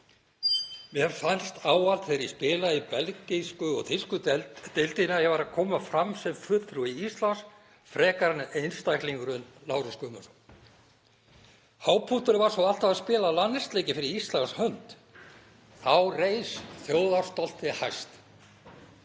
Mér fannst ávallt þegar ég spilaði í belgísku og þýsku deildinni að ég væri að koma fram sem fulltrúi Íslands frekar en einstaklingurinn Lárus Guðmundsson. Hápunkturinn var svo alltaf að spila landsleiki fyrir Íslands hönd. Þá reis þjóðarstoltið hæst.